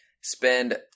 spend